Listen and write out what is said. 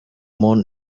moon